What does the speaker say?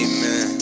Amen